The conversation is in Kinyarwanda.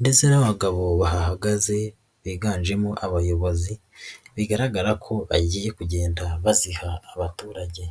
ndetse n'abagabo bahagaze biganjemo abayobozi, bigaragara ko bagiye kugenda baziha abaturage.